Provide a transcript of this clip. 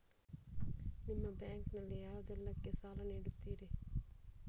ನಿಮ್ಮ ಬ್ಯಾಂಕ್ ನಲ್ಲಿ ಯಾವುದೇಲ್ಲಕ್ಕೆ ಸಾಲ ನೀಡುತ್ತಿರಿ?